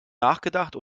nachgedacht